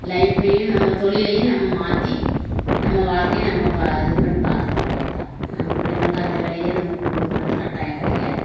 லைஃப்பையும் நம்ம தொழிலையும் நம்ம மாற்றி நம்ம வாழ்க்கைய நம்ம ப இது பண்ணி பார்த்துக்கிற வேண்டியது தான் நம்ம பிள்ளைங்களுக்கு அந்த வேலையே நம்ம கொடுக்கணுங்கிறது கட்டாயம் கிடையாது